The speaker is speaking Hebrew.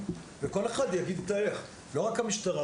וכל אחד יגיד את האיך לא רק המשטרה,